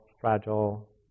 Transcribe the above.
fragile